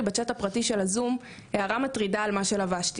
בצ'אט הפרטי של הזום הערה מטרידה על מה שלבשתי.